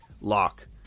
lock